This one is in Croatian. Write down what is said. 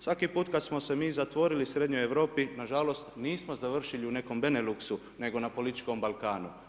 Svaki put kada smo se mi zatvorili Srednjoj Europi nažalost nismo završili u nekom Beneluxu nego na političkom Balkanu.